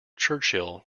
churchill